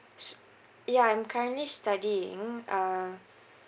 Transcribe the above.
s~ ya I'm currently studying uh